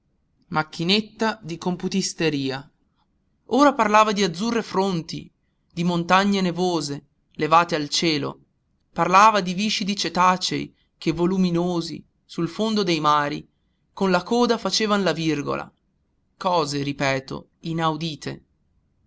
macchinetta di computisteria ora parlava di azzurre fronti di montagne nevose levate al cielo parlava di viscidi cetacei che voluminosi sul fondo dei mari con la coda facevan la virgola cose ripeto inaudite